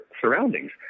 surroundings